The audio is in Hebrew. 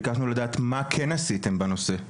ביקשנו לדעת מה כן עשיתם בנושא.